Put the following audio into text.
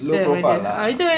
low profile lah